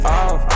off